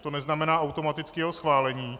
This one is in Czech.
To neznamená automaticky jeho schválení.